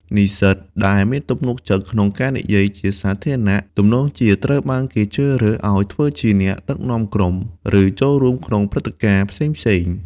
និស្សិតដែលមានទំនុកចិត្តក្នុងការនិយាយជាសាធារណៈ ទំនងជាត្រូវបានគេជ្រើសរើសឱ្យធ្វើជាអ្នកដឹកនាំក្រុម ឬចូលរួមក្នុងព្រឹត្តិការណ៍ផ្សេងៗ។